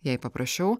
jei paprasčiau